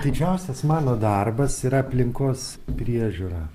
didžiausias mano darbas yra aplinkos priežiūra